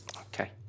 Okay